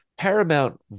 Paramount